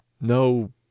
no